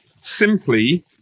simply